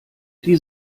die